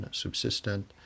subsistent